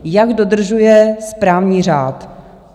Jak dodržuje právní řád?